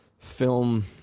film